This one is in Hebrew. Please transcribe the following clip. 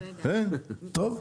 טוב,